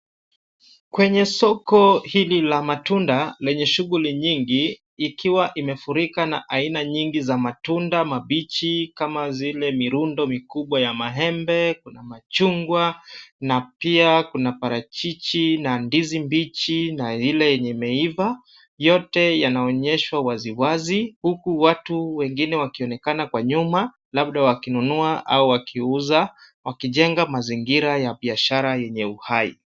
Kwenye soko hili la matunda lenye shughuli nyingi, ikiwa imefurika na aina nyingi za matunda mabichi kama vile mirundo mikubwa ya maembe, kuna machungwa na pia kuna parachichi na ndizi mbichi na ile yenye imeiva. Yote yanaonyeshwa waziwazi huku watu wengine wakionekana kwa nyuma, labda wakinunua au wakiuza, wakijenga mazingira ya biashara yenye uhai.